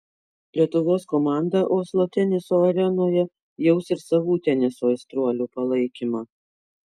lietuvos komandą oslo teniso arenoje jaus ir savų teniso aistruolių palaikymą